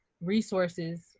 resources